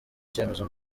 cyemezo